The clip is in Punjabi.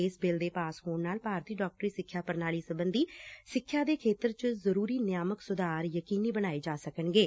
ਇਸ ਬਿੱਲ ਦੇ ਪਾਸ ਹੋਣ ਨਾਲ ਭਾਰਤੀ ਡਾਕਟਰੀ ਸਿੱਖਿਆ ਪ੍ਰਣਾਲੀ ਸਬੰਧੀ ਸਿੱਖਿਆ ਦੇ ਖੇਤਰ ਚ ਜ਼ਰੂਰੀ ਨਿਆਮਕ ਸੁਧਾਰ ਯਕੀਨੀ ਬਣਾਏ ਜਾ ਸਕਣਗੇ